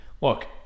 Look